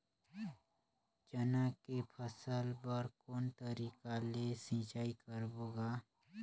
चना के फसल बर कोन तरीका ले सिंचाई करबो गा?